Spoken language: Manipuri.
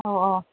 ꯑꯧ ꯑꯧ